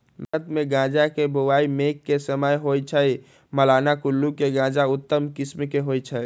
भारतमे गजा के बोआइ मेघ के समय होइ छइ, मलाना कुल्लू के गजा उत्तम किसिम के होइ छइ